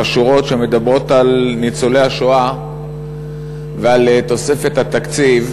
או על השורות שמדברות על ניצולי השואה ועל תוספת התקציב,